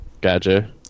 Gotcha